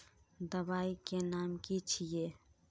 दबाई के नाम की छिए?